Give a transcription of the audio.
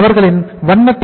அவர்களின் வண்ண டி